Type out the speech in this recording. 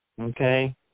Okay